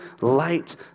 light